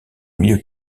milieu